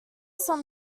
some